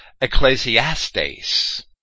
Ecclesiastes